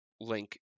Link